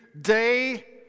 day